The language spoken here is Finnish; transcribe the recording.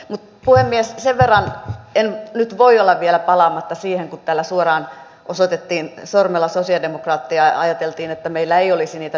mutta puhemies sen verran en nyt voi olla vielä palaamatta siihen kun täällä suoraan osoitettiin sormella sosialidemokraatteja ja ajateltiin että meillä ei olisi niitä työllistäviä toimia